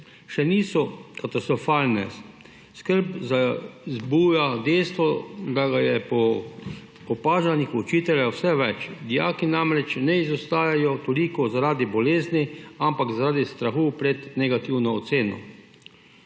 še niso katastrofalne, skrb vzbuja dejstvo, da ga je po opažanjih učiteljev vse več. Dijaki namreč ne izostajajo toliko zaradi bolezni, ampak zaradi strahu pred negativno oceno.